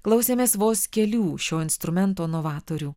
klausėmės vos kelių šio instrumento novatorių